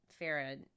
Farah